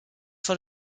vor